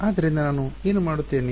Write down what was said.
ಆದ್ದರಿಂದ ನಾನು ಏನು ಮಾಡಿದ್ದೇನೆ